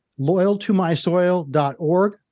Loyaltomysoil.org